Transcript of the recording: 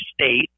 state